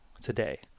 today